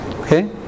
okay